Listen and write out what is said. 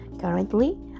Currently